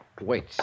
Wait